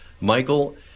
Michael